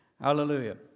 Hallelujah